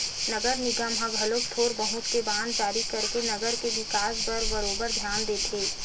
नगर निगम ह घलो थोर बहुत के बांड जारी करके नगर के बिकास म बरोबर धियान देथे